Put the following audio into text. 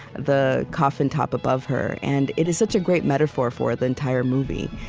the coffin top above her. and it is such a great metaphor for the entire movie,